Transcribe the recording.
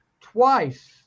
twice